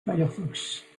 firefox